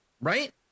Right